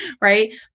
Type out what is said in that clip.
Right